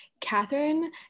Catherine